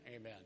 amen